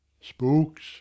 spooks